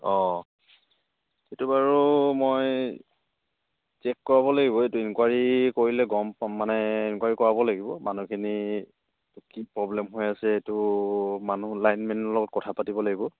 অঁ সেইটো বাৰু মই চেক কৰাব লাগিব এইটো ইনকুৱাৰী কৰিলে গম পাম মানে ইনকুৱাৰী কৰাব লাগিব মানুহখিনি কি প্ৰ'ব্লেম হৈ আছে এইটো মানুহ লাইনমেনৰ লগত কথা পাতিব লাগিব